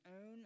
own